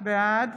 בעד